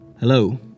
Hello